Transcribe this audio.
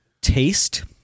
taste